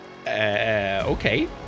Okay